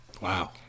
Wow